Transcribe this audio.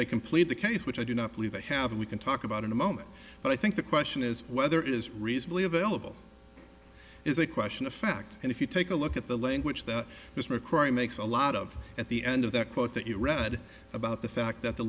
they can plead the case which i do not believe they have we can talk about in a moment but i think the question is whether is reasonably available is a question of fact and if you take a look at the language that this mccrory makes a lot of at the end of that quote that you read about the fact that the